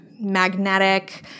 magnetic